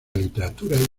literatura